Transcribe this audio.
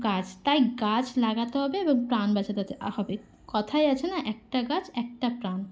গাছ তাই গাছ লাগাতে হবে এবং প্রাণ বাঁচাতে হবে কথায় আছে না একটা গাছ একটা প্রাণ